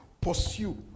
pursue